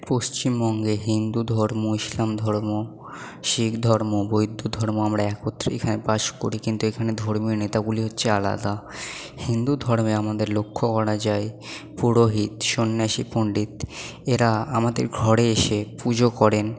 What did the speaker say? পশ্চিমবঙ্গে হিন্দু ধর্ম ইসলাম ধর্ম শিখ ধর্ম বৌদ্ধ ধর্ম আমরা একত্রে এখানে বাস করি কিন্তু এখানে ধর্মীয় নেতাগুলি হচ্ছে আলাদা হিন্দু ধর্মে আমাদের লক্ষ্য করা যায় পুরোহিত সন্ন্যাসী পণ্ডিত এরা আমাদের ঘরে এসে পুজো করেন